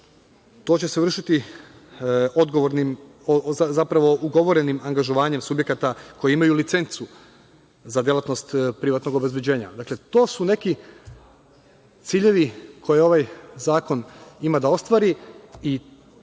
će se vršiti ugovorenim angažovanjem subjekata koja imaju licencu za delatnost privatnog obezbeđenja, dakle, to su neki ciljevi koje ovaj zakon ima da ostvari i